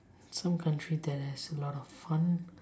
some country that has a lot of fun